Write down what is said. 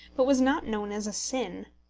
but was not known as a sin.